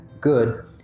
good